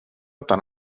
tant